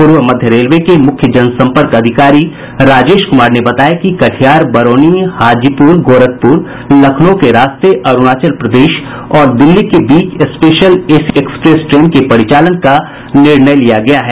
पूर्व मध्य रेलवे के मुख्य जन सम्पर्क अधिकारी राजेश कुमार ने बताया कि कटिहार बरौनी हाजीपुर गोरखपुर लखनऊ के रास्ते अरुणाचल प्रदेश और दिल्ली के बीच स्पेशल एसी एक्सप्रेस ट्रेन के परिचालन का निर्णय लिया गया है